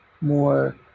more